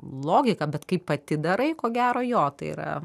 logika bet kai pati darai ko gero jo tai yra